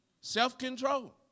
Self-control